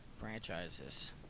Franchises